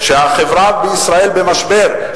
כשהחברה בישראל במשבר,